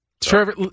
Trevor